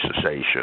cessation